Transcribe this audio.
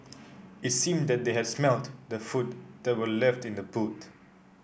it seemed that they had smelt the food that were left in the boot